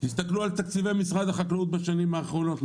תסתכלו על תקציבי משרד החקלאות בשנים האחרונות.